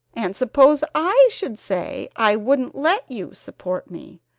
and suppose i should say i wouldn't let you support me?